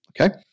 okay